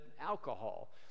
alcohol